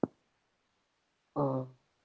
uh